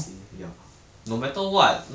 mm more like teammate ah